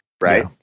Right